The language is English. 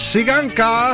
Siganka